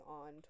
on